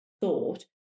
thought